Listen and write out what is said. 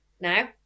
now